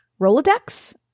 rolodex